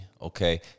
okay